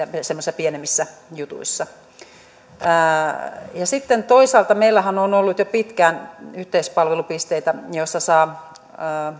semmoisissa pienemmissä jutuissa sitten toisaalta meillähän on on ollut jo pitkään yhteispalvelupisteitä joissa saa